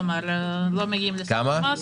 כלומר לא מגיעים לסף המס.